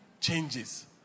changes